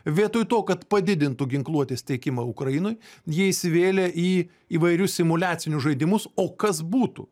vietoj to kad padidintų ginkluotės tiekimą ukrainoj jie įsivėlė į įvairius simuliacinius žaidimus o kas būtų